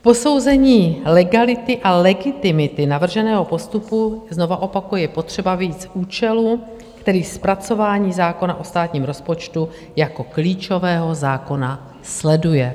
K posouzení legality a legitimity navrženého postupu, znova opakuji, je potřeba vyjít z účelu, který zpracování zákona o státním rozpočtu jako klíčového zákona sleduje.